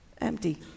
empty